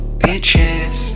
bitches